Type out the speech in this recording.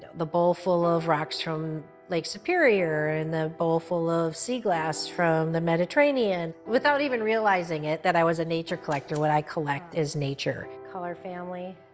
the bowl full of rocks from lake superior and the bowl full of sea glass from the mediterranean. without even realizing it, that i was a nature collector, what i collect is nature. color family.